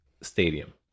stadium